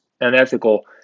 unethical